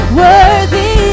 worthy